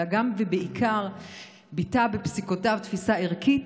אלא גם ובעיקר ביטא בפסיקותיו תפיסה ערכית,